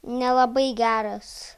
nelabai geras